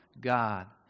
God